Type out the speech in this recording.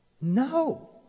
No